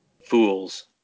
Fools